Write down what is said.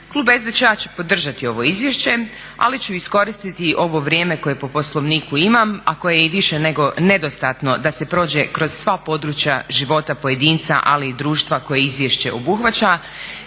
Klub SDP-a će podržati ovo izvješće, ali ću iskoristiti ovo vrijeme koje po Poslovniku imam, a koje je i više nedostatno da se prođe kroz sva područja života pojedinca, ali i društva koje izvješće obuhvaća,